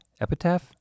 epitaph